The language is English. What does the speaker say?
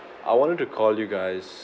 I wanted to call you guys